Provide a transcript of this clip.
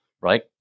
Right